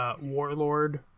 Warlord